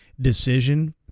decision